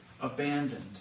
abandoned